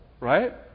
right